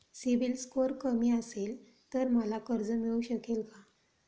CIBIL score कमी असेल तर मला कर्ज मिळू शकेल का?